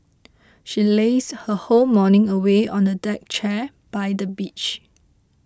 she lazed her whole morning away on a deck chair by the beach